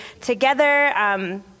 together